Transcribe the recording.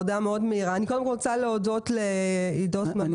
אני רוצה להודות לעידו סממה,